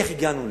איך הגענו לפה.